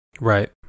Right